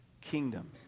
kingdom